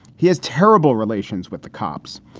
he has terrible relations with the cops.